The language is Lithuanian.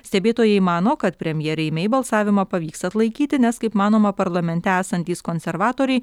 stebėtojai mano kad premjerei mei balsavimą pavyks atlaikyti nes kaip manoma parlamente esantys konservatoriai